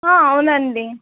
అవును అండి